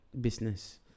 Business